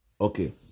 Okay